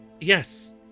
yes